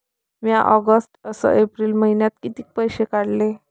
म्या ऑगस्ट अस एप्रिल मइन्यात कितीक पैसे काढले?